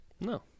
No